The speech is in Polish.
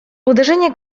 uderzenie